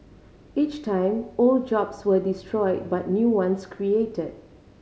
each time old jobs were destroyed but new ones created